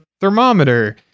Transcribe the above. thermometer